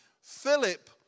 Philip